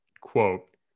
Quote